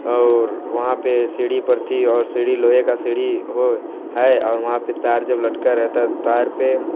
और वहाँ पर सीढ़ी पर थी और सीढ़ी लोहे का सीढ़ी हो है और वहाँ पर तार जब लटका रहता तार पर